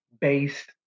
based